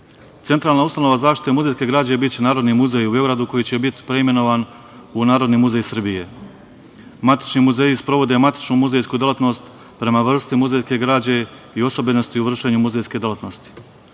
muzeji. Centralna ustanova zaštite muzejske građe biće Narodni muzej u Beogradu koji će biti preimenovan u Narodni muzej Srbije. Matični muzeji sprovode matičnu muzejsku delatnost prema vrsti muzejske građe i osobenosti u vršenju muzejske delatnosti. Nadležnost